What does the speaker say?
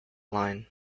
line